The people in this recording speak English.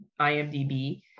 IMDb